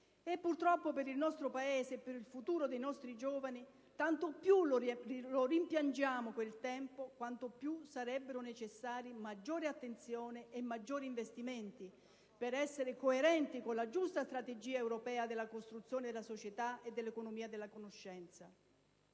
Purtroppo per il nostro Paese e per il futuro dei nostri giovani, tanto più rimpiangiamo quel tempo quanto più sarebbero necessari maggiore attenzione e maggiori investimenti per essere coerenti con la giusta strategia europea della costruzione della società e dell'economia della conoscenza.